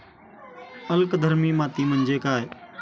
अल्कधर्मी माती म्हणजे काय?